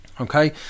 okay